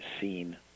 seen